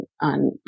on